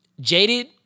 Jaded